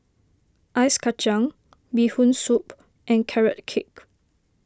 Ice Kacang Bee Hoon Soup and Carrot Cake